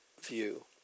view